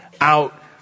out